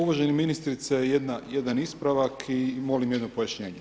Uvažena ministrice jedan ispravak i molim jedno pojašnjenje.